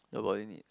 your body needs